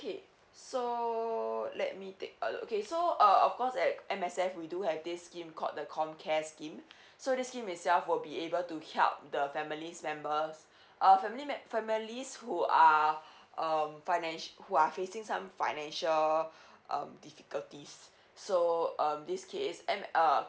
okay so let me take a look okay so err of course at M_S_F we do have this scheme called the comcare scheme so the scheme itself will be able to help the families members uh family me~ families who are um financially who are facing some financial um difficulties so um this case um uh